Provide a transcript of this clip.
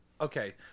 okay